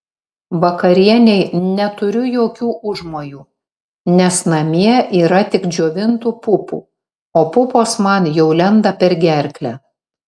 vakarienei neturiu jokių užmojų nes namie yra tik džiovintų pupų o pupos man jau lenda per gerklę